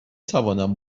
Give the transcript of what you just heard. توانم